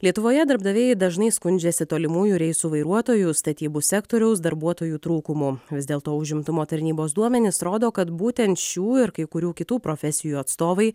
lietuvoje darbdaviai dažnai skundžiasi tolimųjų reisų vairuotojų statybų sektoriaus darbuotojų trūkumu vis dėlto užimtumo tarnybos duomenys rodo kad būtent šių ir kai kurių kitų profesijų atstovai